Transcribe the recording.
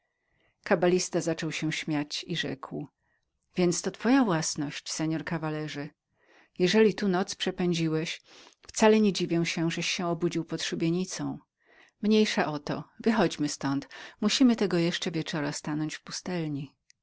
szyi kabalista zaczął śmiać się i rzekł to jest twoja własność mości kawalerze jeżeli tu noc przepędziłeś wcale nie dziwię się żeś się obudził pod szubienicą mniejsza o to wychodźmy ztąd musimy tego jeszcze wieczora stanąć w pustelni